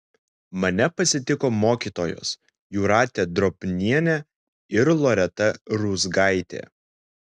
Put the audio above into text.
mane pasitiko mokytojos jūratė drobnienė ir loreta ruzgaitė